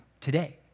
today